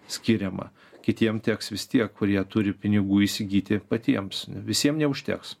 skiriama kitiem teks vis tiek kurie turi pinigų įsigyti patiems visiem neužteks